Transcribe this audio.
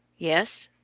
yes.